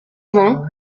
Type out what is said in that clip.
vingt